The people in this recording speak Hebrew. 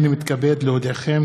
הינני מתכבד להודיעכם,